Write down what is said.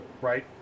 right